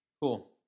Cool